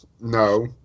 no